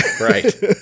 Right